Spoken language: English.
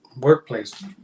workplace